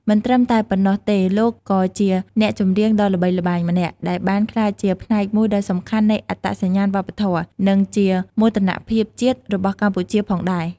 មិនត្រឹមតែប៉ុណ្ណោះទេលោកក៏ជាអ្នកចម្រៀងដ៏ល្បីល្បាញម្នាក់ដែលបានក្លាយជាផ្នែកមួយដ៏សំខាន់នៃអត្តសញ្ញាណវប្បធម៌ និងជាមោទនភាពជាតិរបស់កម្ពុជាផងដែរ ។